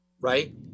right